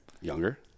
younger